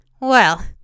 Well